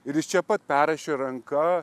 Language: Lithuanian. ir jis čia pat perrašė ranka